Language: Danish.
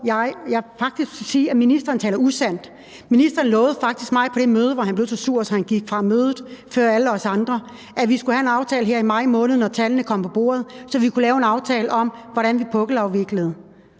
og vil faktisk sige, at ministeren taler usandt. Ministeren lovede faktisk mig på det møde, hvor han blev så sur, at han gik fra mødet før alle os andre, at vi skulle have en aftale her i maj måned, når tallene kom på bordet, så vi kunne lave en aftale om, hvordan vi pukkelafviklede.